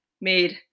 made